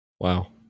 Wow